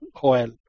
Joel